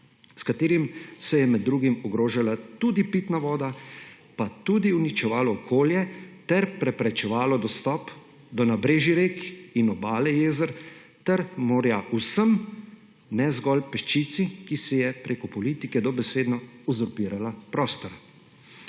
s katerim se je med drugim ogrožala tudi pitna voda, pa tudi uničevalo okolje ter preprečevalo dostop do nabrežij rek in obale jezer ter morja vsem, ne zgolj peščici, ki si je preko politike dobesedno uzurpirala prostor.